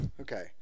Okay